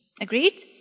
Agreed